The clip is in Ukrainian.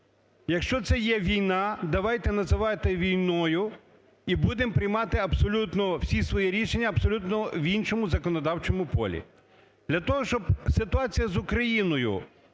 Якщо це є війна, давайте називати війною і будемо приймати абсолютно всі свої рішення в абсолютно іншому законодавчому полі. Для того, щоб ситуація з Україною